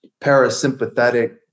parasympathetic